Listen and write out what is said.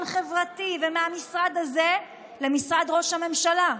חברתי ומהמשרד הזה למשרד ראש הממשלה.